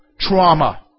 trauma